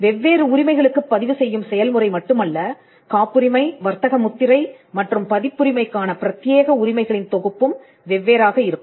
வெவ்வேறு உரிமைகளுக்குப் பதிவு செய்யும் செயல்முறை மட்டுமல்ல காப்புரிமை வர்த்தக முத்திரை மற்றும் பதிப்புரிமைக்கான பிரத்தியேக உரிமைகளின் தொகுப்பும் வெவ்வேறாக இருக்கும்